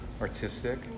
artistic